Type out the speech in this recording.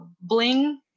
bling